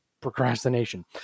procrastination